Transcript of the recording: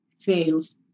fails